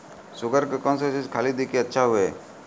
Sugar के कौन चीज खाली दी कि अच्छा हुए?